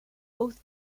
both